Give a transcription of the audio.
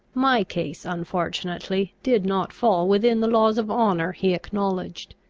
my case unfortunately did not fall within the laws of honour he acknowledged.